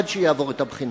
עד שיעבור את הבחינה.